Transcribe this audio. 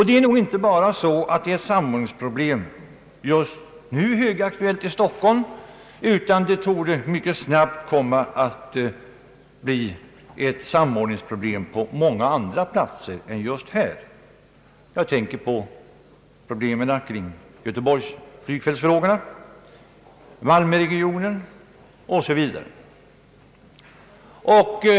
Det är nog inte bara här i Stockholmstrakten som samordningsproblemet är högaktuellt, utan förhållandet torde inom mycket kort tid komma att bli detsamma på många andra platser i landet. Jag tänker på problemen kring flygfältsfrågorna i Göteborg, i Malmöregionen osv.